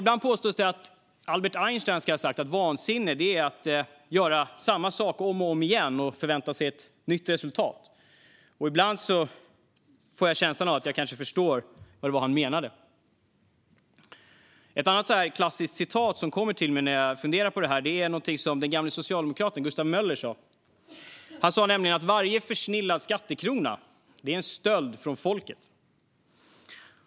Ibland påstås det att Albert Einstein ska ha sagt att vansinne är att göra samma sak om och om igen och förvänta sig ett nytt resultat. Ibland får jag känslan av att jag kanske förstår vad han menade. Ett annat klassiskt citat som kommer till mig när jag funderar på detta är någonting som den gamle socialdemokraten Gustav Möller sa. Han sa nämligen att varje försnillad skattekrona är en stöld från folket.